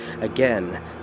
Again